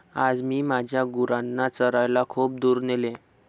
आज मी माझ्या गुरांना चरायला खूप दूर नेले